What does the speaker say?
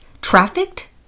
trafficked